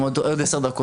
גלעד הציע הצעה הגיונית.